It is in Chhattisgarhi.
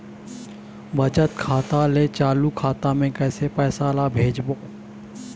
बचत खाता ले चालू खाता मे कैसे पैसा ला भेजबो?